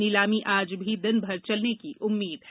नीलामी आज भी दिन भर चलने की उम्मीद है